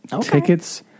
Tickets